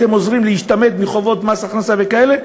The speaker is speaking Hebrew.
אתם עוזרים להשתמט מחובות מס הכנסה וכאלה?